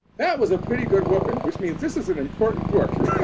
that was a pretty good whoopin, which means this is an important book.